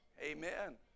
Amen